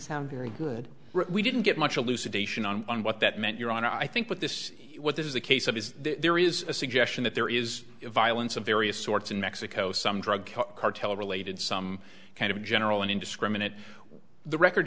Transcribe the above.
sound very good we didn't get much elucidation on what that meant you're on i think what this what this is a case of is there is a suggestion that there is violence of various sorts in mexico some drug cartel related some kind of general and indiscriminate the record